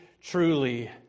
truly